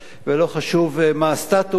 ולא חשוב מה הסטטוס.